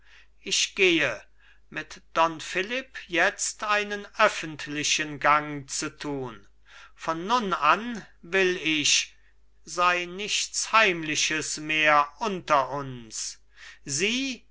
ich gehe mit don philipp jetzt einen öffentlichen gang zu tun von nun an will ich sei nichts heimliches mehr unter uns sie